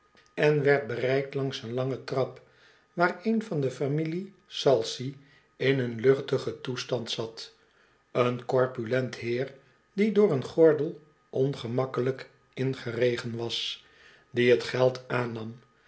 en werd bereikt langs een lange trap waar een van de familie p salcy in een tuchtigen toestand zat een corpulent heer die door een gordel ongemakkelijk ingeregen was die t geld aannam